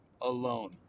alone